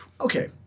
okay